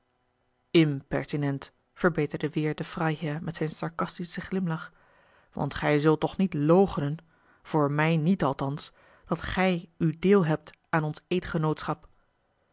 ik pertinent impertinent verbeterde weêr de freiherr met zijn sarcastischen glimlach want gij zult toch niet loochenen voor mij niet althans dat gij uw deel hebt aan ons